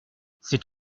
c’est